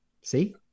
See